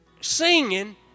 singing